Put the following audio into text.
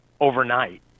overnight